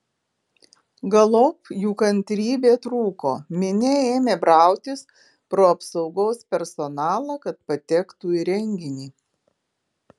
galop jų kantrybė trūko minia ėmė brautis pro apsaugos personalą kad patektų į renginį